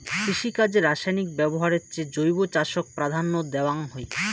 কৃষিকাজে রাসায়নিক ব্যবহারের চেয়ে জৈব চাষক প্রাধান্য দেওয়াং হই